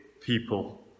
people